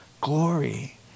glory